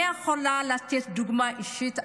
אני יכולה לתת דוגמה אישית.